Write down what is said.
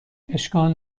اشکال